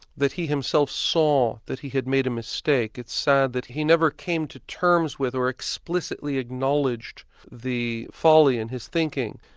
that he himself saw that he had made a mistake. it's sad that he never came to terms with, or explicitly acknowledged the folly in his thinking.